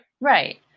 Right